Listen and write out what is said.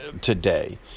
today